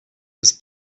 was